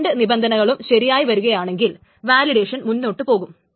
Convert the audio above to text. ഈ രണ്ടു നിബന്ധനകളും ശരിയായി വരുകയാണെങ്കിൽ വാലിഡേഷൻ മുന്നോട്ടു പോകും